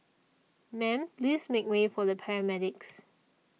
ma'am please make way for the paramedics